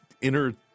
inner